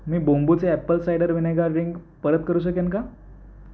मी बोंबूचे apple cider vinegar drink परत करू शकेन का